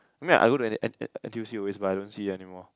I mean I go to n n n_t_u_c always but I don't see it anymore